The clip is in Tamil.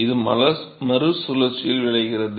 இது மறுசுழற்சியில் விளைகிறது